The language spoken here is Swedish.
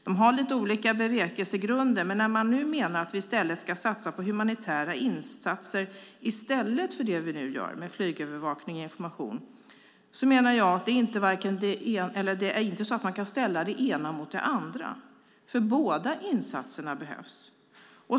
De har lite olika bevekelsegrunder, men när man menar att vi ska satsa på humanitära insatser i stället för det vi nu gör, med flygövervakning och information, menar jag att man inte kan ställa det ena mot det andra. Båda insatserna behövs.